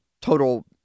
total